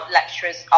lecturers